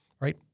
right